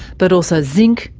but also zinc,